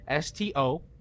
STO